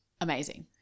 amazing